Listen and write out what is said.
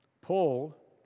Paul